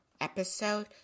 episode